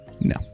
no